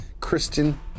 Christian